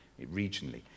regionally